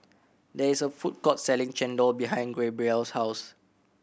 there is a food court selling chendol behind Gabriel's house